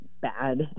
bad